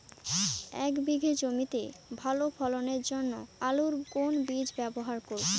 এক বিঘে জমিতে ভালো ফলনের জন্য আলুর কোন বীজ ব্যবহার করব?